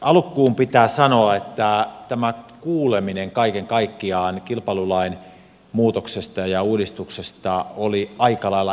alkuun pitää sanoa että kaiken kaikkiaan tämä kuuleminen kilpailulain muutoksesta ja uudistuksesta oli aika lailla eriskummallinen